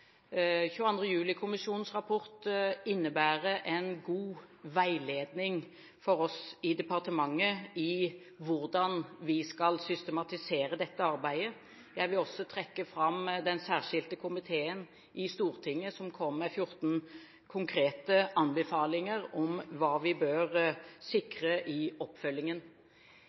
rapport innebærer en god veiledning – for oss i departementet – i hvordan vi skal systematisere dette arbeidet. Jeg vil også trekke fram den særskilte komiteen i Stortinget, som kom med 14 konkrete anbefalinger om hva vi bør sikre i oppfølgingen.